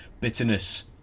bitterness